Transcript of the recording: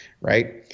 Right